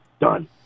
Done